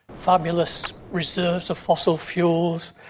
fabulous reserves of fossil fuels.